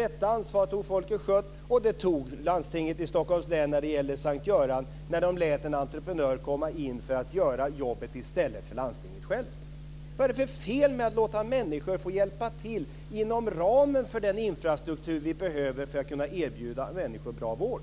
Detta ansvar tog Folke Schött och det tog landstinget i Stockholms län när det gäller S:t Göran när de lät en entreprenör komma in för att göra jobbet i stället för landstinget självt. Vad är det för fel med att låta människor få hjälpa till inom ramen för den infrastruktur vi behöver för att kunna erbjuda människor bra vård?